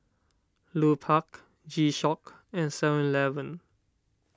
Lupark G Shock and Seven Eleven